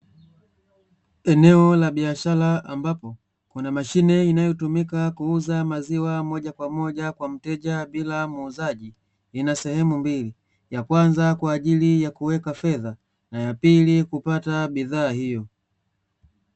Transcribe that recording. Eneo la biashara ambapo kuna mashine inayotumika kuuza maziwa moja kwa moja kwa mteja bila muuzaji, ina sehemu mbili yakwanza kwaajili ya kuweka fedha na yapili kupata bidhaa hiyo.